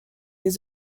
des